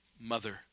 mother